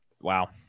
wow